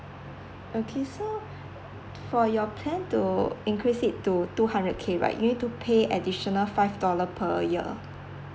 okay so for your plan to increase it to two hundred K right you need to pay additional five dollar per year